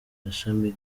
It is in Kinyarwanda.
gashami